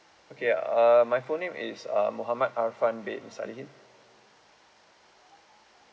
okay uh my full name is uh mohamad arfan bin salihin